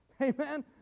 Amen